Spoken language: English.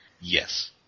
Yes